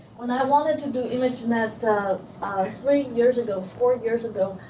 when i wanted to do imagenet three years ago, four years ago,